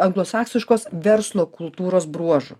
anglosaksiškos verslo kultūros bruožų